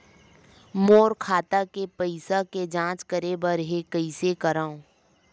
मोर खाता के पईसा के जांच करे बर हे, कइसे करंव?